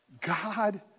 God